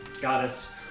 goddess